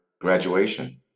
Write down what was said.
graduation